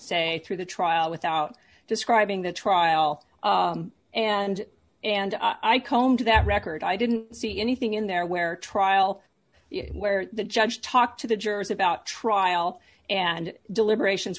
say through the trial without describing the trial and and i combed that record i didn't see anything in there where trial where the judge talked to the jurors about trial and deliberations